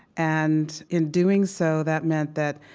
and in doing so, that meant that